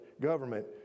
government